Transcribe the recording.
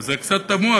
וזה קצת תמוה,